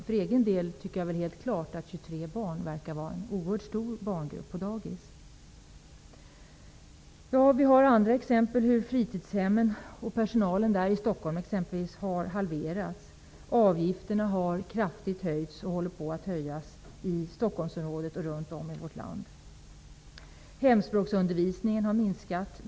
För egen del tycker jag det är helt klart att 23 barn verkar vara en oerhört stor grupp på dagis. Vi har andra exempel. Fritidshemmen i Stockholm och deras personal har halverats. Avgifterna har kraftigt höjts och håller på att höjas i Stockholmsområdet och runt om i vårt land. Hemspråksundervisningen har minskat.